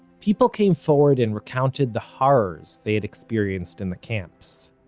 people came forward and recounted the horrors they had experienced in the camps.